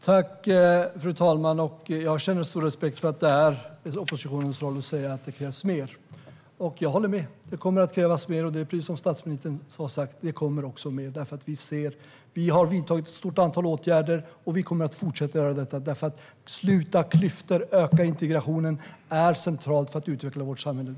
Fru talman! Jag känner stor respekt för att det är oppositionens roll att säga att det krävs mer. Jag håller med - det kommer att krävas mer, och precis som statsministern har sagt kommer det också mer. Vi har vidtagit ett stort antal åtgärder, och vi kommer att fortsätta med det. Att sluta klyftor och att öka integrationen är centralt för att utveckla vårt samhälle.